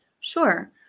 Sure